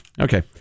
Okay